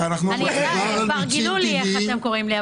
כבר גילו לי איך אתם קוראים לי.